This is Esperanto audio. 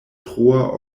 troa